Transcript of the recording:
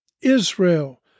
Israel